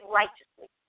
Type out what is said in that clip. righteously